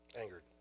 angered